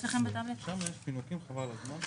שם ביקשו להקדים את זה ליום קבלת החוק.